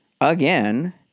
again